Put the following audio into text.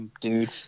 dude